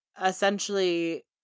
essentially